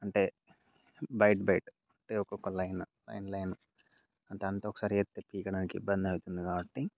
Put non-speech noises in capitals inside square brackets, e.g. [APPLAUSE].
అంటే byte byte అంటే ఒక్కొక్క లైన్ లైన్ లైన్ దానితో ఒకసారి [UNINTELLIGIBLE] పీకడానికి ఇబ్బంది అవుతుంది కాబట్టి